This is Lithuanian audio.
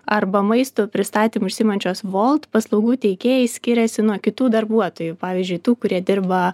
arba maisto pristatymu užsiimančios volt paslaugų teikėjai skiriasi nuo kitų darbuotojų pavyzdžiui tų kurie dirba